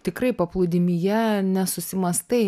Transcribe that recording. tikrai paplūdimyje nesusimąstai